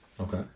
Okay